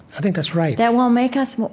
i think that's right, that will make us,